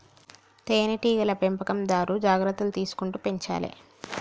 తేనె టీగల పెంపకందారు జాగ్రత్తలు తీసుకుంటూ పెంచాలే